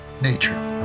nature